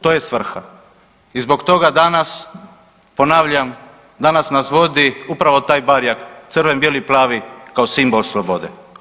To je svrha i zbog toga danas ponavljam danas nas vodi upravo taj barjak crven, bijeli, plavi kao simbol slobode.